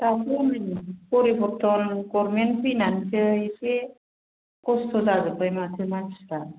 दासे बबेनि परिबर्टन गभार्नमेन्ट फैनानैसो एसे खस्थ' जाजोबबाय माथो मानसिफ्रा